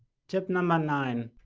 tip number nine,